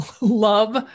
love